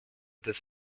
this